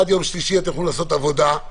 עד יום שלישי תוכלו לעשות עבודה.